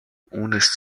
үүнээс